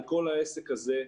על כל העסק הזה,